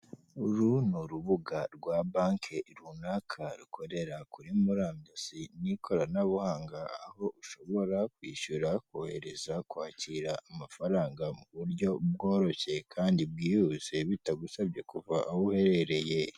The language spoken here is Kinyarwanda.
Uru ni urubuga rwa banki runaka rukorera kuri murandasi n'ikoranabuhanga, aho ushobora kwishyura, kohereza, kwakira amafaranga mu buryo bworoshye kandi bwihuse, bitagusabye kuva aho uherereye.